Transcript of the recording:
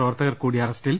പ്രവർത്തകർകൂടി അറസ്റ്റിൽ